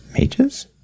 mages